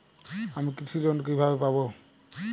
আমি কৃষি লোন কিভাবে পাবো?